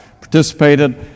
participated